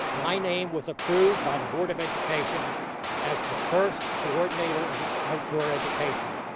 my name was approved by the board of education as the first coordinator of outdoor education,